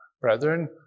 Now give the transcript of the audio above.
brethren